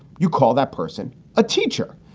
you call that person a teacher,